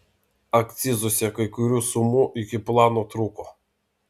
akcizuose kai kurių sumų iki plano trūko